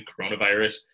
coronavirus